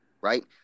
Right